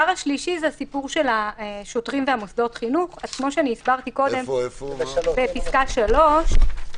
הדבר השלישי הוא הסיפור של השוטרים ומוסדות החינוך בפסקה (3).